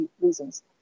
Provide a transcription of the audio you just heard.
reasons